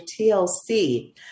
TLC